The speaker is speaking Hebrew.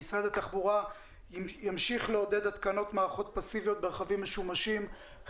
משרד התחבורה ימשיך לעודד התקנות מערכות פסיביות ברכבים משומשים.